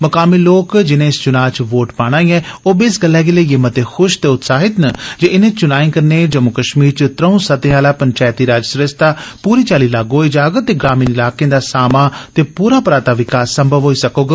मकामी लोकें जिनें इस चुनां च वोट पाना ऐ ओह बी इस गर्ल्लै गी लेइयै मते खूश ते उत्साहित न जे इनें चूनांए कन्नै जम्मू कश्मीर च ंत्रऊं सतहें आला पंचैती राज सरिस्ता पूरी चाल्ली लागू होई जाग ते ग्रामीण इलाके दा सामा ते पूरा पराता विकास संभव होई सकोग